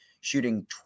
shooting